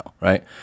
right